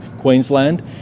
Queensland